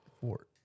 four